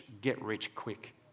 get-rich-quick